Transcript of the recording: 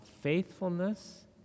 faithfulness